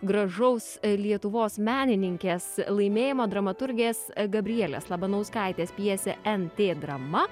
gražaus lietuvos menininkės laimėjimo dramaturgės gabrielės labanauskaitės pjesę entė drama